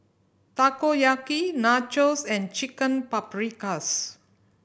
Takoyaki Nachos and Chicken Paprikas